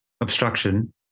obstruction